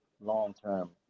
long-term